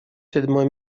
седьмое